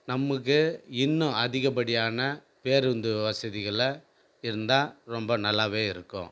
நமக்கு இன்னும் அதிகப்படியான பேருந்து வசதிகள்லாம் இருந்தால் ரொம்ப நல்லாவே இருக்கும்